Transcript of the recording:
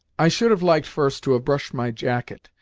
i should have liked first to have brushed my jacket,